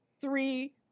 three